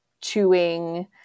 chewing